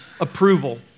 approval